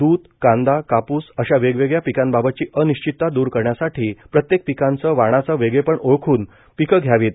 द्ध कांदा कापूस अशा वेगवेगळ्या पिकांबाबतची अनिश्चितता दूर करण्यासाठी प्रत्येक पिकाचं वाणाचं वेगळेपण ओळखून पिकं घ्यावीत